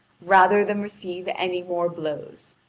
rather than receive any more blows.